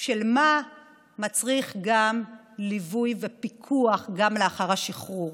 של מה מצריך ליווי ופיקוח גם לאחר השחרור.